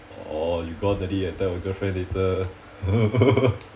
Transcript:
orh you got to and tell your girlfriend later